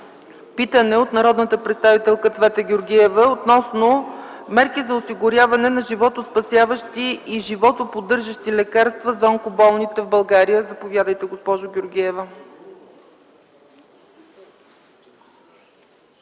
питане от народния представител Цвета Георгиева относно мерки за осигуряване на животоспасяващи и животоподдържащи лекарства за онкоболните в България. Госпожо Георгиева,